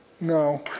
no